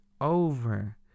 over